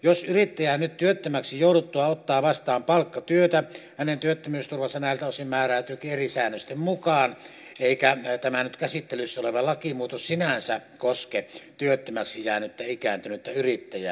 jos yrittäjä nyt työttömäksi jouduttuaan ottaa vastaan palkkatyötä hänen työttömyysturvansa näiltä osin määräytyykin eri säännösten mukaan eikä tämä nyt käsittelyssä oleva lakimuutos sinänsä koske työttömäksi jäänyttä ikääntynyttä yrittäjää